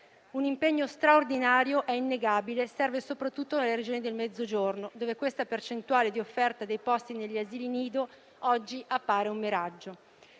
Un impegno straordinario - è innegabile - serve soprattutto nelle Regioni del Mezzogiorno, dove questa percentuale di offerta dei posti negli asili nido oggi appare un miraggio.